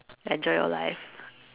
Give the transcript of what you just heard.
enjoy your life